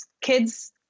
kids